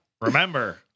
remember